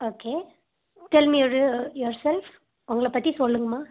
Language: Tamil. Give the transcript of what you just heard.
ஓகே டெல் மி யுவர் செல்ஃப் உங்களை பற்றி சொல்லுங்கம்மா